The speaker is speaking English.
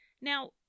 Now